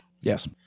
Yes